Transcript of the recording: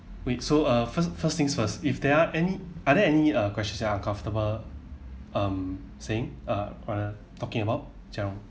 wait so uh first first things first if there are any are there uh any questions that uncomfortable um saying uh or talking about jia rong